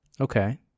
Okay